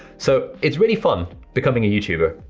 so, its really fun becoming a youtuber,